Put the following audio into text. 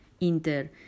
Inter